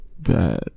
Bad